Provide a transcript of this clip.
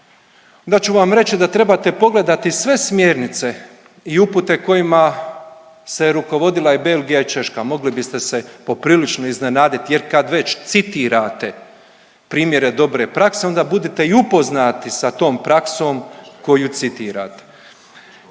onda ću vam reći da trebate pogledati sve smjernice i upute kojima se rukovodila i Belgija i Češka, mogli biste se poprilično iznenaditi jer kad već citirate primjere dobre prakse onda budite i upoznati sa tom praksom koju citirate.